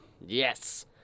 Yes